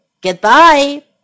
Goodbye